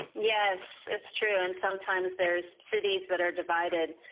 yes, it's true, and sometimes there cities that are divided.